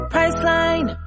Priceline